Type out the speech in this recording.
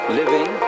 living